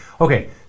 Okay